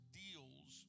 deals